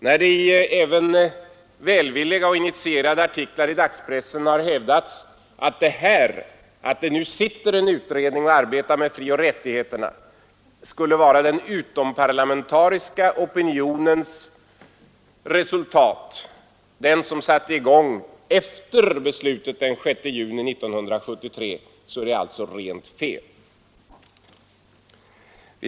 När det i även välvilliga och initierade artiklar i dagspressen har hävdats att det förhållandet att det nu sitter en utredning och arbetar med frioch rättigheterna skulle vara den utomparlamentariska opinionens resultat — den som satte i gång efter beslutet den 6 juni 1973 — så är det alltså en ren felaktighet.